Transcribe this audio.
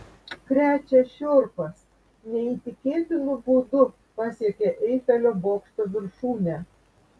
krečia šiurpas neįtikėtinu būdu pasiekė eifelio bokšto viršūnę